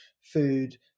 food